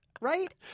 Right